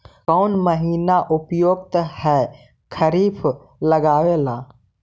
कौन महीना उपयुकत है खरिफ लगावे ला?